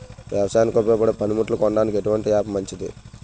వ్యవసాయానికి ఉపయోగపడే పనిముట్లు కొనడానికి ఎటువంటి యాప్ మంచిది?